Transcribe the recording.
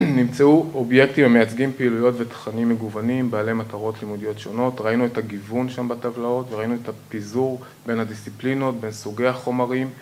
‫נמצאו אובייקטים, המייצגים ‫פעילויות ותכנים מגוונים, ‫בעלי מטרות לימודיות שונות. ‫ראינו את הגיוון שם בטבלאות ‫וראינו את הפיזור בין הדיסציפלינות, ‫בין סוגי החומרים.